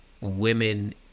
women